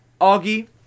Augie